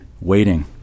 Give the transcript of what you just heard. waiting